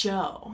Joe